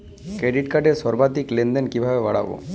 Credit কার্ডের সর্বাধিক লেনদেন কিভাবে বাড়াবো?